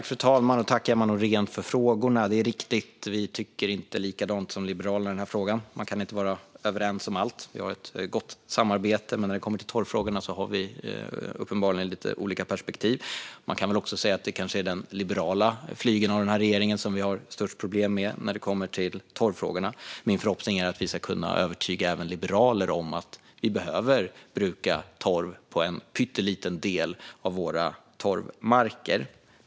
Fru talman! Det är riktigt; Sverigedemokraterna tycker inte likadant som Liberalerna i den här frågan. Man kan inte vara överens om allt. Vi har ett gott samarbete, men när det kommer till torvfrågorna har vi uppenbarligen lite olika perspektiv. Det kanske är den liberala flygeln av den här regeringen som vi sverigedemokrater har störst problem med i torvfrågorna. Min förhoppning är att vi ska kunna övertyga även liberaler om att man behöver bruka torv på en pytteliten del av Sveriges torvmarker.